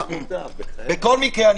בכל מקרה,